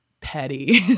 petty